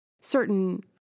certain